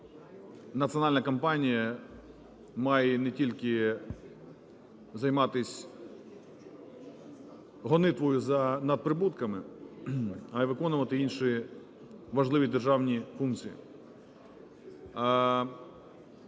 національна компанія має не тільки займатися гонитвою за надприбутками, а й виконувати інші важливі державні функції.